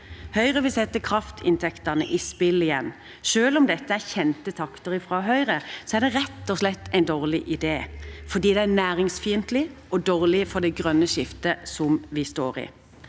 Høyre vil sette kraftinntektene i spill igjen. Selv om dette er kjente takter fra Høyre, er det rett og slett en dårlig idé, for det er næringsfiendtlig og dårlig for det grønne skiftet vi står i.